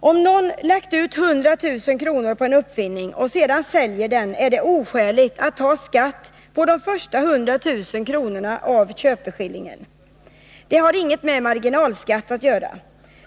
Om någon har lagt ut 100 000 kr. på en uppfinning och sedan säljer den, är det oskäligt att ta skatt på de första 100 000 kr. av köpeskillingen. Det har inget med marginalskatt att göra.